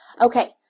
Okay